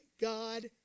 God